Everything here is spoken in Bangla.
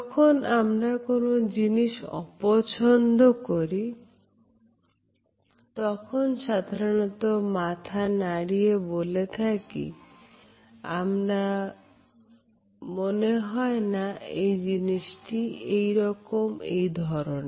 যখন আমরা কোন জিনিস অপছন্দ করি তখন সাধারণত মাথা নাড়িয়ে বলে থাকি" আমার মনে হয়না এই জিনিসটি এরকম ধরনের